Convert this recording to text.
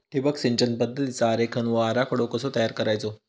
ठिबक सिंचन पद्धतीचा आरेखन व आराखडो कसो तयार करायचो?